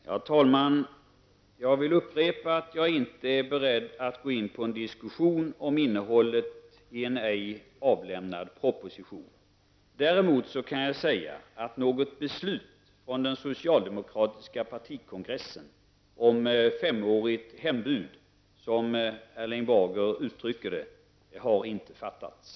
Herr talman! Jag vill upprepa att jag inte är beredd att gå in på en diskussion om innehållet i en ej avlämnad proposition. Däremot kan jag säga att något beslut på den socialdemokratiska partikongressen om femårigt hembud, som Erling Bager uttrycker det, inte har fattats.